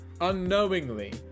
unknowingly